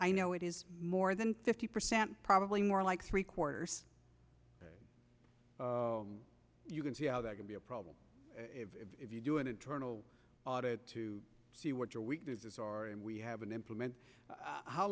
i know it is more than fifty percent probably more like three quarters you can see how that can be a problem if you do an internal audit to see what your weaknesses are and we have an implement how